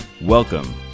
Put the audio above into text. Welcome